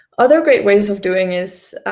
other great ways of doing is,